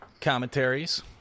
commentaries